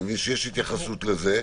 אני מבין שיש התייחסות לזה.